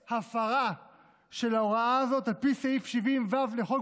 והפרה של ההוראה הזאת על פי סעיף 70(ו) לחוק